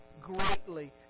greatly